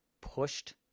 pushed